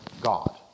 God